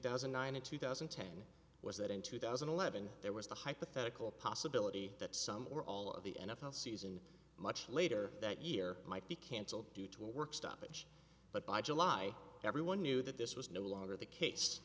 thousand and nine and two thousand and ten was that in two thousand and eleven there was the hypothetical possibility that some or all of the n f l season much later that year might be cancelled due to a work stoppage but by july everyone knew that this was no longer the case